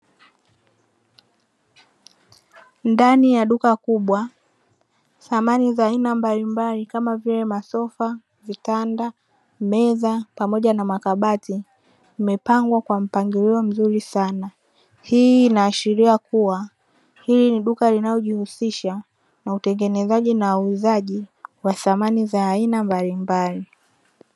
Ndani ya duka kubwa samani za aina mbalimbali kama vile masofa, vitanda, meza pamoja na makabati imepangwa kwa mpangilio mzuri sana. Hii inaashiria kuwa hii ni duka linalojihusisha na utengenezaji na uuzaji wa samani za aina mbalimbali .